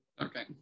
Okay